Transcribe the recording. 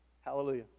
Hallelujah